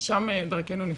אבל לא היה ושם דרכנו נפרדו.